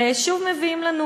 ושוב מביאים לנו.